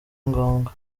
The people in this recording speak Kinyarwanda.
ngombwa